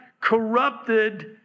corrupted